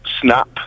Snap